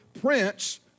prince